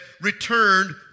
returned